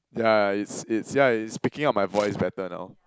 yeah it's it's yeah it's picking up my voice better now